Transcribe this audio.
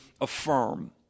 affirm